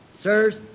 Sirs